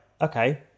okay